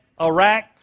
Iraq